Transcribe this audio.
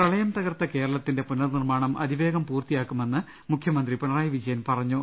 പ്രളയം തകർത്ത കേരളത്തിന്റെ പുനർന്നിർമാണം അതിവേഗം പൂർത്തിയാക്കുമെന്ന് മുഖ്യമന്ത്രി ്ര പിണ്റായി വിജയൻ പറഞ്ഞു